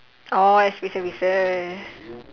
orh S_P services